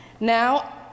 Now